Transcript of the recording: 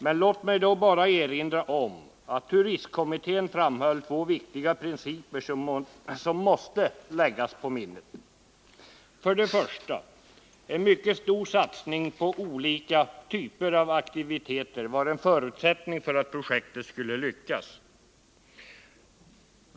Men låt mig då bara erinra om att turistkommittén framhöll två viktiga principer som måste läggas på minnet. För det första: En mycket stor satsning på olika typer av aktiviteter var en förutsättning för att projektet skulle lyckas.